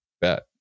bet